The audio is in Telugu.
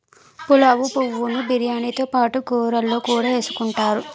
పులావు పువ్వు ను బిర్యానీతో పాటు కూరల్లో కూడా ఎసుకుంతారు